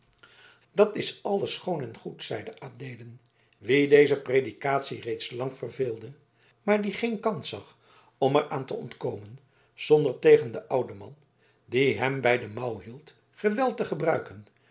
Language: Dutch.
dat is alles schoon en goed zeide adeelen wien deze predikatie reeds sedert lang verveelde maar die geen kans zag om er aan te ontkomen zonder tegen den ouden man die hem bij de mouw hield geweld te gebruiken